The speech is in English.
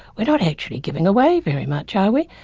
we're not actually giving away very much are we?